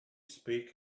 speak